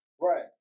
Right